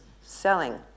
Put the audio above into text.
selling